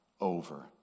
over